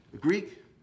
Greek